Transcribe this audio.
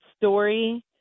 story